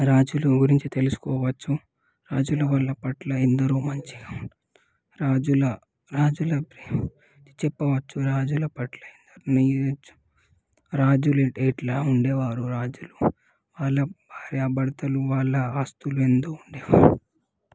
రాజుల గురించి తెలుసుకోవచ్చు రాజుల వల్ల పట్ల ఎందరో మంచి రాజుల రాజుల ప్రేమ చెప్పవచ్చు రాజుల పట్ల రాజులు ఎట్లా ఉండేవారు రాజులు వాళ్ళ భార్య భర్తలు వాళ్ళ ఆస్తులు ఎంతో ఉండేవాళ్లు